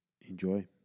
enjoy